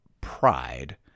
pride